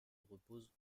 repose